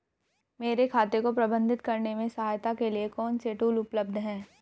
मेरे खाते को प्रबंधित करने में सहायता के लिए कौन से टूल उपलब्ध हैं?